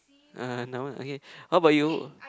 uh nevermind okay how ~bout you